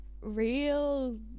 real